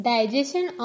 Digestion